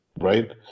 right